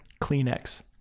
Kleenex